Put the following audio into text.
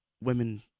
women